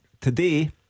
Today